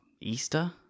Easter